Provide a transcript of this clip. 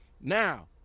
Now